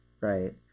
Right